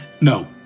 No